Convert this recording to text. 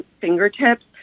fingertips